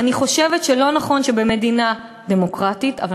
ואני חושבת שלא נכון שבמדינה דמוקרטית אבל